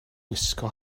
gwisgo